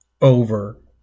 over